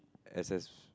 S S